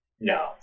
No